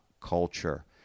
culture